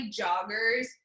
joggers